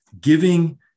giving